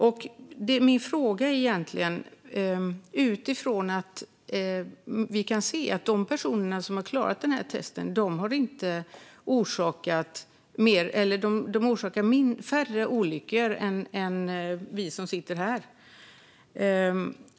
Jag har en fråga utifrån att vi kan se att de personer som klarat testet orsakar färre olyckor än vi som sitter här.